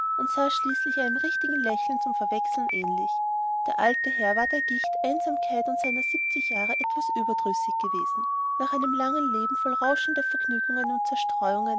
und sah schließlich einem richtigen lächeln zum verwechseln ähnlich der alte herr war der gicht einsamkeit und seiner siebzig jahre etwas überdrüssig gewesen nach einem langen leben voll rauschender vergnügungen und zerstreuungen